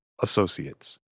Associates